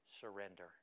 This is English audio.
surrender